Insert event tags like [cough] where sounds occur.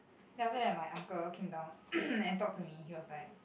then after that my uncle came down [noise] and talk to me he was like